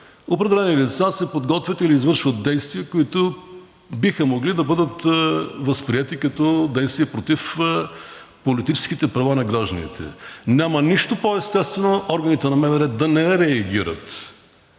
определени лица се подготвят или извършват действия, които биха могли да бъдат възприети като действия против политическите права на гражданите. Няма нищо по-естествено органите на МВР да реагират.